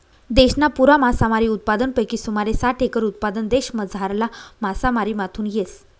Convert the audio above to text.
देशना पुरा मासामारी उत्पादनपैकी सुमारे साठ एकर उत्पादन देशमझारला मासामारीमाथून येस